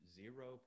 zero